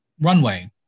runway